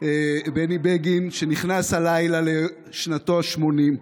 בני בגין, שנכנס הלילה לשנתו השמונים.